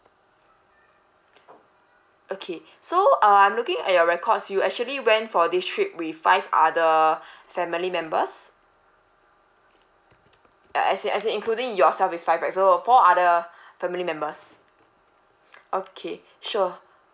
okay so uh I'm looking at your records you actually went for this trip with five other family members I see I see including yourself is five right so four other family members okay sure